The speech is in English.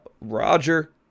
Roger